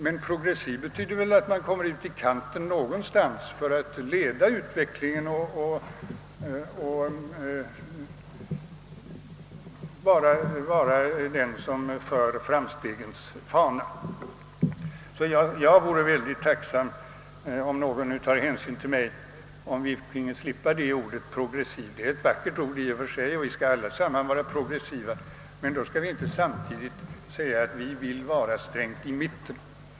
Men progressiv betyder att man kommer ut i kanten någonstans för att leda utvecklingen och bära framstegsfanan. Jag vore därför mycket tacksam om man av hänsyn till mig ville undvika det ordet i detta sammanhang. I och för sig är det ett vackert ord, och vi skall alla vara progressiva, men då skall vi inte samtidigt säga att vi vill vara i mitten.